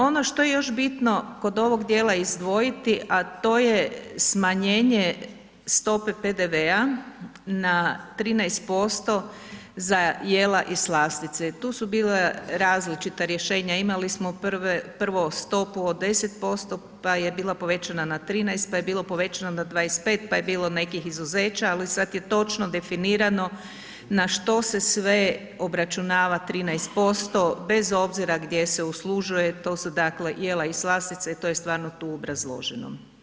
Ono što je još bitno kod ovog dijela izdvojiti, a to je smanjenje stope PDV-a na 13% za jela i slastice i tu su bila različita rješenja, imali smo prvo stopu od 10%, pa je bila povećana na 13, pa je bilo povećana na 25, pa je bilo nekih izuzeća, ali sad je točno definirano na što se sve obračunava 13% bez obzira gdje se uslužuje, to su dakle jela i slastice i to je stvarno tu obrazloženo.